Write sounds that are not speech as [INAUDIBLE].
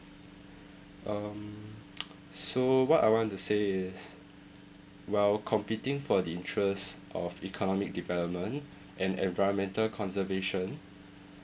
um [NOISE] so what I want to say is while competing for the interest of economic development and environmental conservation